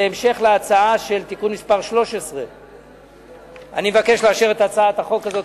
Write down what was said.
זה המשך להצעה של תיקון מס' 13. אני מבקש לאשר את הצעת החוק הזאת,